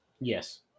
Yes